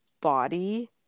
body